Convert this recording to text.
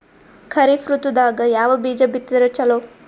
ಖರೀಫ್ ಋತದಾಗ ಯಾವ ಬೀಜ ಬಿತ್ತದರ ಚಲೋ?